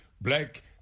black